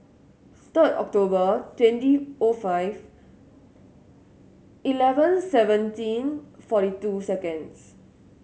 third October twenty O five eleven seventeen forty two seconds